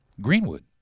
Greenwood